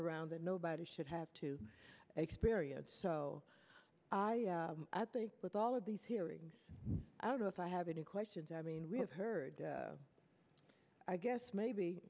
around that nobody should have to experience so i think with all of these hearings i don't know if i have any questions i mean we have heard i guess maybe